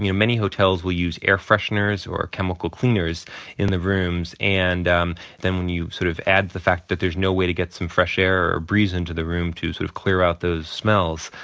you know many hotels will use air fresheners or chemical cleaners in the rooms and um then when you sort of add the fact that there's no way to get some fresh air or breeze into the room to sort of clear out the smells.